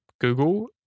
Google